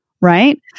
right